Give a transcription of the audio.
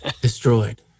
Destroyed